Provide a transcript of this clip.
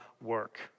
work